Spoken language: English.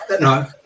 no